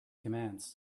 commands